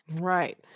Right